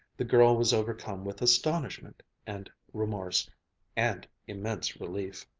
the girl was overcome with astonishment and remorse and immense relief.